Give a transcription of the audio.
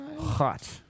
Hot